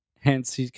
hence